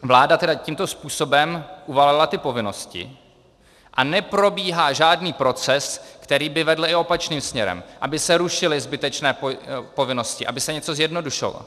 Vláda tedy tímto způsobem uvalila ty povinnosti a neprobíhá žádný proces, který by vedl i opačným směrem, aby se rušily zbytečné povinnosti, aby se něco zjednodušilo.